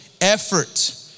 effort